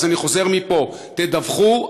אז אני חוזר מפה: תדווחו.